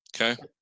Okay